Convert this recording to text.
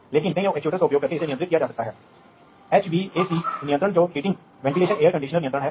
इसलिए हर बार जब आप एक डिवाइस जोड़ते हैं तो आपके पास कॉन्फ़िगरेशन की समस्या होती है